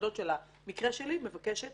המיוחדות של המקרה שלי, מבקשת